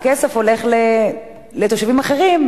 הכסף הולך לתושבים אחרים,